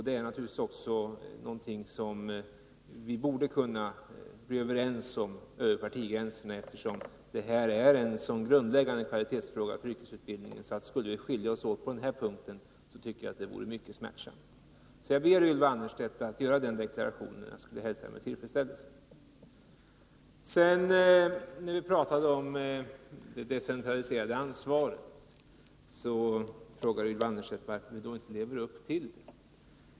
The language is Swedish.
Det är naturligtvis någonting som vi borde kunna bli överens om över partigränserna, eftersom detta är en sådan grundläggande kvalitetsfråga för yrkesutbildningen. Skulle vi skilja oss åt på den här punkten, tycker jag att det vore mycket smärtsamt. Jag ber alltså Ylva Annerstedt att göra den deklarationen, och jag skulle hälsa det med tillfredsställelse. När vi diskuterade det decentraliserade ansvaret frågade Ylva Annerstedt varför vi inte lever upp till det.